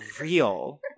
real